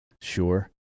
sure